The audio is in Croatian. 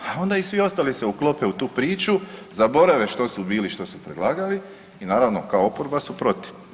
A onda i svi ostali se uklope u tu priču, zaborave što su bili, što su predlagali i naravno kao oporba su protiv.